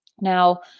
Now